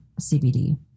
CBD